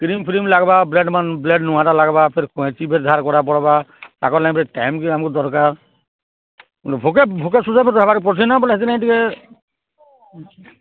କ୍ରିମ୍ଫ୍ରିମ୍ ଲାଗ୍ବା ବ୍ଲେଡ଼୍ମାନ୍ ବ୍ଲେଡ଼ ନୂଆଟା ଲାଗ୍ବା ଫେର୍ କଇଁଚି ଫେର୍ ଧାର୍ କର୍ବାର୍କେ ପଡ଼୍ବା ତାଙ୍କର୍ନେ ଫେର୍ ଟାଇମ୍ ବି ଆମ୍କୁ ଦରକାର୍ ଭୁକେ ଭୁକେ ଶୁଷେ ଫେର୍ ରହେବାର୍କେ ପଡ଼ସିନା ବେଲେ ହେଥିର୍ଲାଗି ଟିକେ